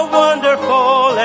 wonderful